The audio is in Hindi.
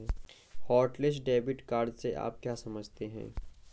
हॉटलिस्ट डेबिट कार्ड से आप क्या समझते हैं?